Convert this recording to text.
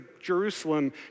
Jerusalem